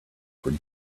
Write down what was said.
for